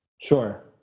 Sure